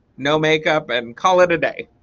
no makeup and call it a day.